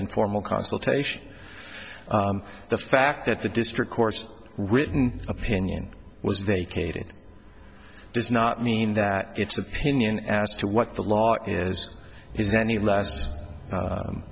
informal consultation the fact that the district course written opinion was vacated does not mean that its opinion as to what the law is is any less